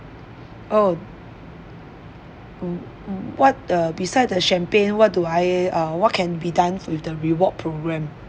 oh mm mm what the beside the champagne what do I uh what can be done with the reward program